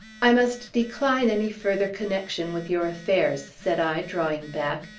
i must decline any further connection with your affairs, said i, drawing back.